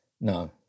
no